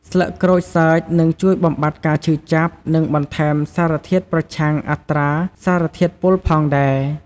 ស្លឹកក្រូចសើចនឹងជួយបំបាត់ការឈឺចាប់ និងបន្ថែមសារធាតុប្រឆាំងអត្រាសារធាតុពុលផងដែរ។